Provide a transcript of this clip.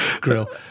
grill